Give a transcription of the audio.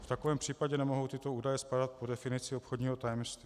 V takovém případě nemohou tyto údaje spadat pod definici obchodního tajemství.